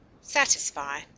Satisfy